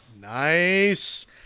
Nice